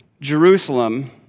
Jerusalem